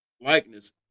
likeness